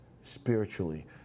spiritually